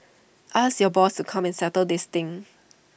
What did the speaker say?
ask your boss to come and settle this thing